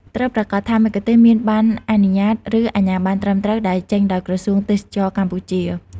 ត្រូវប្រាកដថាមគ្គុទ្ទេសក៍មាន ប័ណ្ណអនុញ្ញាត ឬអាជ្ញាប័ណ្ណត្រឹមត្រូវ ដែលចេញដោយក្រសួងទេសចរណ៍កម្ពុជា។